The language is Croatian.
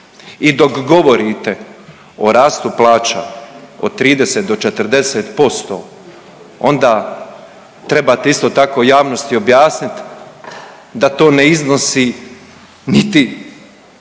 I dok govorite o rastu plaća od 30 do 40% onda trebate isto tako javnosti objasniti da to ne iznosi niti